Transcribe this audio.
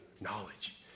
knowledge